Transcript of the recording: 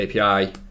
API